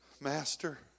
Master